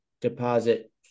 deposit